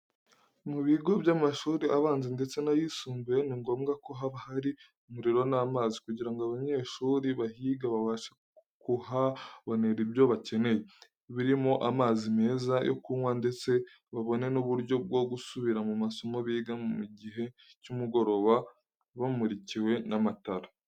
Mu bigo by'amashuri abanza ndetse n'ayisumbiye, ni ngombwa ko haba hari umuriro n'amazi kugira ngo abanyeshuri bahiga babashe kuhabonera ibyo bakeneye, birimo amazi meza yo kunywa ndetse babone n'uburyo bwo gusubira mu masomo biga mu gihe cy'umugoroba bamurikiwe n'amatara.